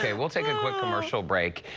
ah we'll take a quick commercial break.